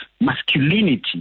masculinity